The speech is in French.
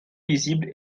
lisible